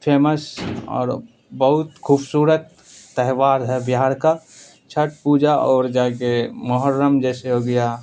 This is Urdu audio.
فیمس اور بہت خوبصورت تہوار ہے بہار کا چھٹ پوجا اور جا کے محرم جیسے ہو گیا